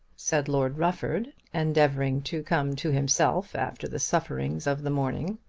said lord rufford, endeavouring to come to himself after the sufferings of the morning.